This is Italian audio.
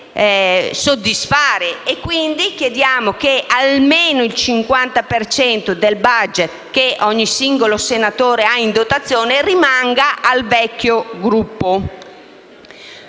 da soddisfare. Chiediamo quindi che almeno il 50 per cento del *budget* che ogni singolo senatore ha in dotazione rimanga al vecchio Gruppo.